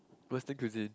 western cuisine